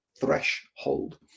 threshold